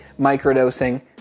microdosing